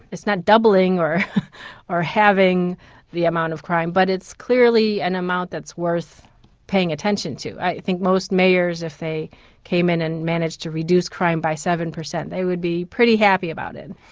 it's not doubling, or or having the amount of crime, but it's clearly an amount that's worth paying attention to. i think most mayors if they came in and managed to reduce crime by seven percent they would be pretty happy about it.